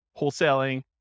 wholesaling